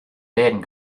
läden